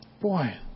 Boy